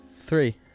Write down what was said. Three